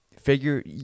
figure